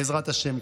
בעזרת השם.